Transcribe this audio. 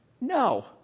no